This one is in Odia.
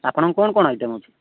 ଆପଣଙ୍କର କ'ଣ କ'ଣ ଆଇଟମ୍ ଅଛି